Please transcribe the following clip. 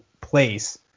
place